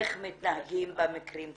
איך מתנהגים במקרים כאלה?